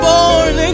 Born